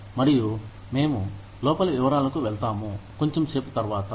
మరియు మేము లోపలి వివరాలకు వెళ్తాము కొంచెం సేపు తరువాత